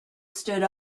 stood